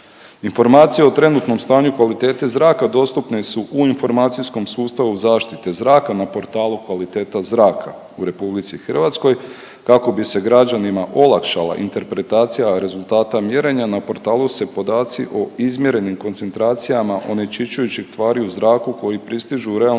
Informacije o trenutnom stanju kvalitete zraka dostupne su u informacijskom sustavu zaštite zraka, na portalu Kvaliteta zraka u RH kako bi se građanima olakšala interpretacija rezultata mjerenja, na portalu se podaci o izmjerenim koncentracijama onečišćujućih tvari u zraku koji pristižu u realnom